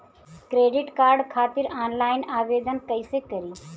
Credit card खातिर online आवेदन कइसे करि?